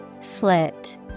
Slit